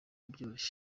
byoroshye